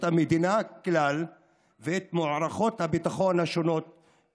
המדינה ואת מערכות הביטחון השונות כלל,